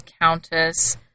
Countess